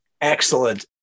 Excellent